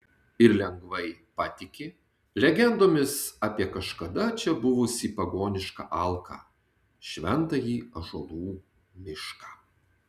ir lengvai patiki legendomis apie kažkada čia buvusį pagonišką alką šventąjį ąžuolų mišką